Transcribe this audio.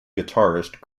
guitarist